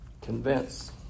Convince